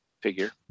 figure